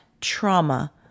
trauma